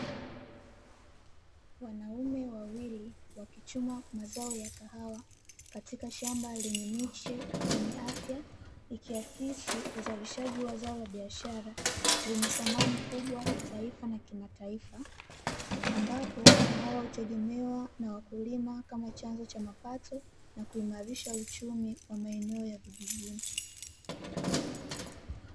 Wanaume wawili wakichuma mazao ya kahawa katika shamba lenye miche yenye afya, ikiakisi uzalishaji wa zao la biashara lenye thamani kubwa kitaifa na kimataifa. Ambapo kahawa hutegemewa na wakulima kama chanzo cha mapato na kuimarisha uchumi wa maeneo ya vijijini.